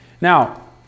Now